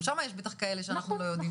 גם שם יש כאלה שאנחנו לא יודעים עליהם.